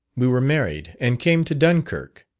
we were married and came to dunkirk,